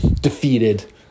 Defeated